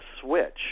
switch